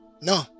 No